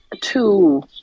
two